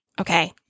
Okay